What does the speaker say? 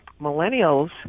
Millennials